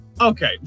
Okay